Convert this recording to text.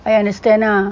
I understand ah